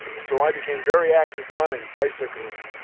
and so i became very active running, bicycling,